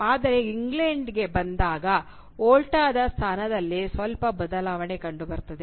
ಆದರೆ ಇಂಗ್ಲೆಂಡ್ಗೆ ಬಂದಾಗ ವೋಲ್ಟಾ ದ ಸ್ಥಾನದಲ್ಲಿ ಸ್ವಲ್ಪ ಬದಲಾವಣೆ ಕಂಡುಬರುತ್ತದೆ